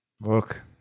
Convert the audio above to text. Look